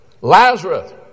Lazarus